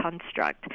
construct